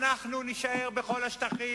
אנחנו נישאר בכל השטחים,